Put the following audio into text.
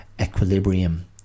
equilibrium